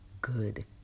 good